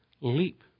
Leap